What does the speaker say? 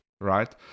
right